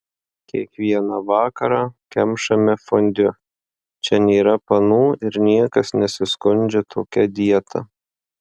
kiekvieną vakarą kemšame fondiu čia nėra panų ir niekas nesiskundžia tokia dieta